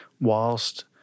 whilst